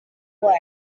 world